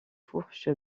fourche